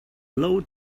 blow